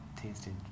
tasted